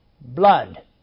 blood